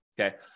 Okay